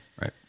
Right